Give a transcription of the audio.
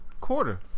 quarter